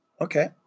Okay